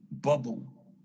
bubble